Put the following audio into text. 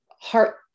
heart